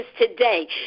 today